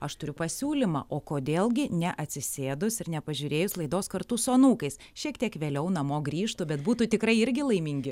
aš turiu pasiūlymą o kodėl gi neatsisėdus ir nepažiūrėjus laidos kartu su anūkais šiek tiek vėliau namo grįžtų bet būtų tikrai irgi laimingi